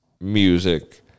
music